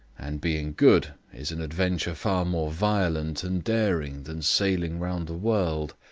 and being good is an adventure far more violent and daring than sailing round the world.